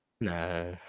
No